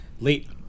late